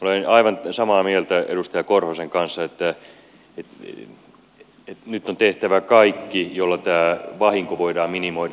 olen aivan samaa mieltä edustaja korhosen kanssa että nyt on tehtävä kaikki millä tämä vahinko voidaan minimoida